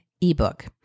ebook